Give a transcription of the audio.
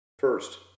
First